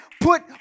put